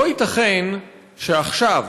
לא ייתכן שעכשיו,